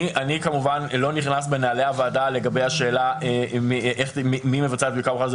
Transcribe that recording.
אני כמובן לא נכנס בנעלי הוועדה לגבי השאלה מי מבצע את הבדיקה.